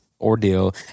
ordeal